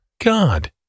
God